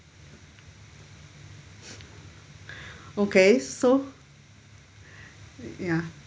okay so ya